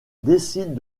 décident